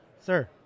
sir